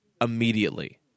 immediately